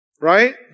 right